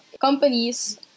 companies